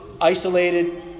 isolated